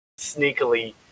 sneakily